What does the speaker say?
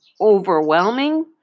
overwhelming